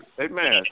Amen